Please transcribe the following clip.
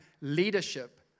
leadership